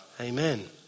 Amen